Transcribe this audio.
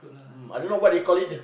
mm I don't know what they call it